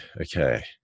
okay